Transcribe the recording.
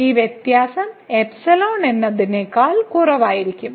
ആ വ്യത്യാസം എന്നതിനേക്കാൾ കുറവായിരിക്കും